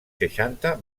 seixanta